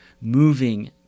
moving